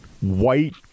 white